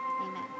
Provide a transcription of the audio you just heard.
Amen